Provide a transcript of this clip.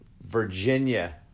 Virginia